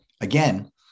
again